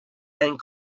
and